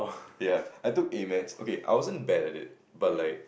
ya I took A-maths okay I wasn't bad at it but like